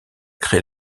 créé